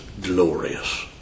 glorious